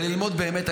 וללמוד באמת.